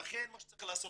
לכן מה שצריך לעשות,